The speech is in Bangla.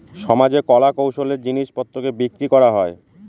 সমাজে কলা কৌশলের জিনিস পত্রকে বিক্রি করা হয়